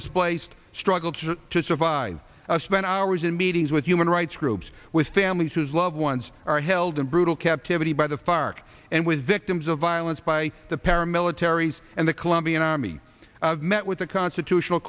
displaced struggled to survive spend hours in meetings with human rights groups with families whose loved ones are held in brutal captivity by the fark and with victims of violence by the paramilitaries and the colombian army met with the constitutional